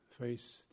face